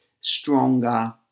stronger